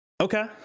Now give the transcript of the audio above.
Okay